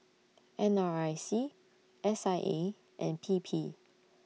N R I C S I A and P P